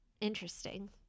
interesting